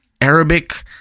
Arabic